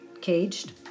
caged